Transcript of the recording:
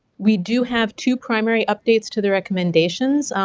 we do have two primary updates to the recommendations.